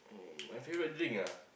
uh my favorite thing ah